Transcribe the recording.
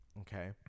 okay